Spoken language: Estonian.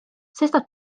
sestap